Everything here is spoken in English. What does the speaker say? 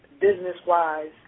business-wise